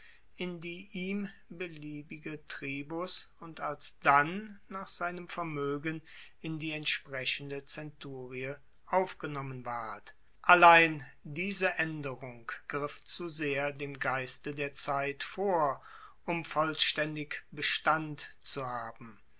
in die ihm beliebige tribus und alsdann nach seinem vermoegen in die entsprechende zenturie aufgenommen ward allein diese aenderung griff zu sehr dem geiste der zeit vor um vollstaendig bestand zu haben